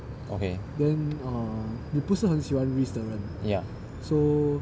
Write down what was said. okay ya